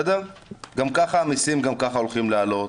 גם כך המיסים הולכים לעלות.